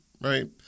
right